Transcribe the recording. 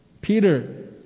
Peter